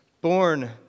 born